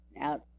out